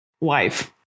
wife